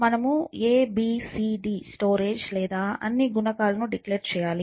మనము a b c d storage లేదా అన్ని గుణకాలు డిక్లేర్ చేయాలి